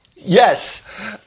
yes